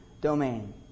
domain